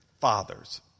fathers